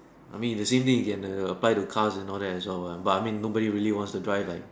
I mean in the same day can lah apply cars you know the answer one but I mean nobody wants to drive right